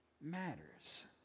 matters